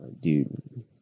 dude